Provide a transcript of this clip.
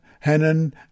Hanan